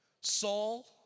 Saul